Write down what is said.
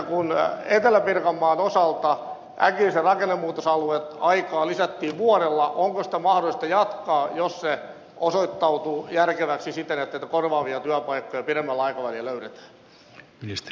kun etelä pirkanmaan osalta äkillisen rakennemuutosalueen aikaa lisättiin vuodella onko sitä mahdollista jatkaa jos se osoittautuu järkeväksi siten että korvaavia työpaikkoja pidemmällä aikavälillä löydetään